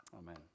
Amen